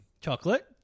chocolate